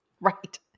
Right